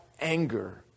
anger